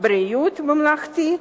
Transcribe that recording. בריאות ממלכתי,